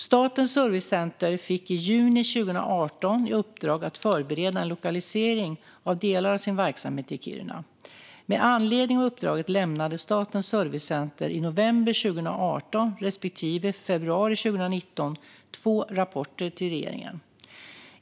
Statens servicecenter fick i juni 2018 i uppdrag att förbereda en lokalisering av delar av sin verksamhet till Kiruna. Med anledning av uppdraget lämnade Statens servicecenter i november 2018 respektive februari 2019 två rapporter till regeringen.